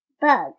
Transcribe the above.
Bug